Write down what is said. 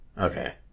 Okay